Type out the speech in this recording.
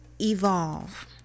evolve